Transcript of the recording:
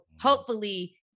hopefully-